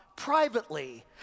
privately